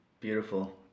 Beautiful